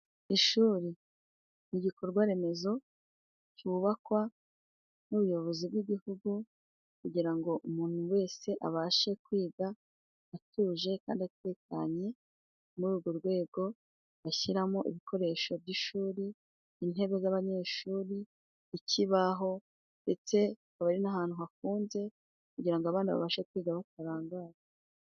Ishuri, igikorwaremezo cyubakwa n'ubuyobozi bw'igihugu, kugira ngo umuntu wese abashe kwiga atuje kandi atekanye, ni muri urwo rwego bashyiramo ibikoresho by'ishuri, intebe z'abanyeshuri, ikibaho ndetse akaba ari n'ahantu hafunze, kugira ngo abana babashe kwiga batarangaye.